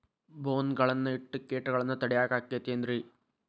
ಬೋನ್ ಗಳನ್ನ ಇಟ್ಟ ಕೇಟಗಳನ್ನು ತಡಿಯಾಕ್ ಆಕ್ಕೇತೇನ್ರಿ?